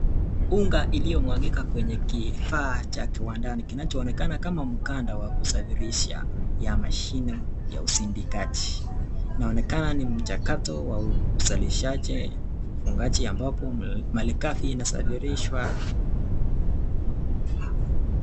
Unga iliyo mwagika kwenye kifaa cha kiwndani, kinachoonekana kama mkanda wa kusafirisha ya mashine ya usindikaji. Inaonekana ni mchakato wa uzalishaji uungaji ambapo mali ghafi inasafirishwa.